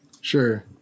Sure